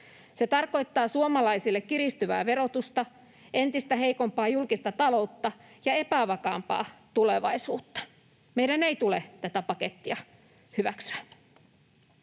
Se tarkoittaa suomalaisille kiristyvää verotusta, entistä heikompaa julkista taloutta ja epävakaampaa tulevaisuutta. Meidän ei tule tätä pakettia hyväksyä.